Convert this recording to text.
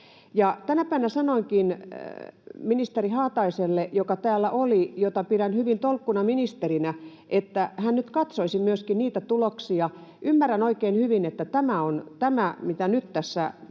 tänä päivänä sanoinkin ministeri Haataiselle, joka täällä oli ja jota pidän hyvin tolkkuna ministerinä, että hän nyt katsoisi myöskin niitä tuloksia. Ymmärrän oikein hyvin, että tämä, mitä nyt tässä tehdään,